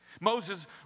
Moses